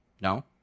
no